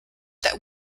that